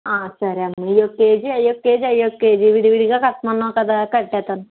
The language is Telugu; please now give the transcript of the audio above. సరే అండీ ఇవి ఓకే కేజీ అవి ఒక కేజీ అవి ఒక కేజీ విడిగా కట్టమన్నావు కదా కట్టేస్తాము